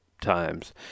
times